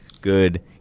good